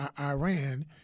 Iran